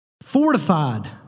Fortified